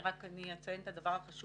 אני רק אציין את הדבר החשוב